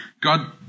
God